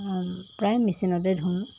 প্ৰায় মিচিনতে ধু